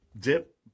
dip